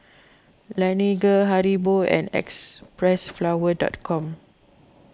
Laneige Haribo and Xpressflower dot com